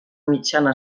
mitjana